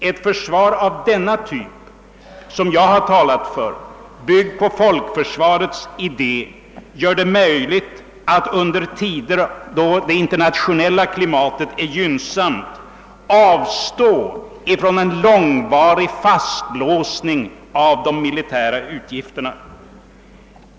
Ett försvar av den typ som jag har talat för, byggt på folkförsvarets idé, gör det möjligt att under tider, då det internationella klimatet är gynnsamt, avstå från en långvarig fastlåsning av de militära utgifterna.